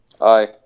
Aye